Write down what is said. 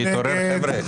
מי נמנע?